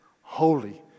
holy